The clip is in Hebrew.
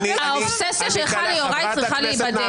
האובססיה שלך ליוראי צריכה להיבדק.